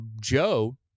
Joe